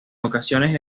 ocasiones